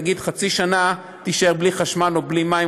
יגיד: חצי שנה תישאר בלי חשמל או בלי מים.